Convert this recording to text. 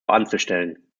anzustellen